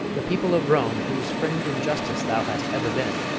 the people of rome, whose friend in justice thou hast ever been,